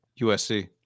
USC